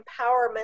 empowerment